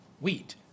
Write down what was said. wheat